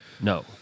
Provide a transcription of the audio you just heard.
No